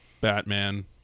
Batman